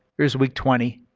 here's week twenty,